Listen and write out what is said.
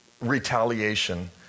retaliation